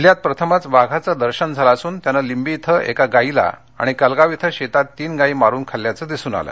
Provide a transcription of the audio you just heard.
जिल्ह्यात प्रथमच वाघाचे आगमन झाले असून त्यांने लिंबी इथ एका गायीला आणि कलगाव इथ शेतात तीन गायी मारून खाल्ल्याच दिसून आल